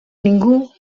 ningú